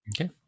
Okay